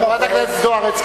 חברת הכנסת זוארץ,